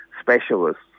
specialists